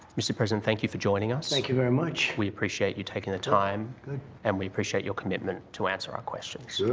mr. president, thank you for joining us. thank you very much. we appreciate you taking the time. yep, good. and we appreciate your commitment to answer our questions. sure.